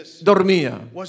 dormía